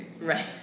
Right